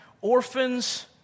Orphans